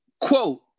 Quote